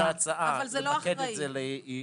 כן, זאת ההצעה, למקד את זה לקטינים.